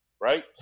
right